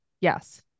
Yes